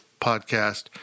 podcast